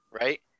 right